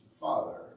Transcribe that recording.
father